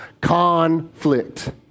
Conflict